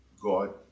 God